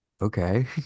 okay